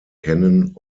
kennen